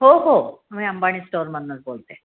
हो हो मी अंबाणी स्टोरमधनंच बोलते